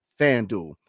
FanDuel